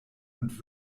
und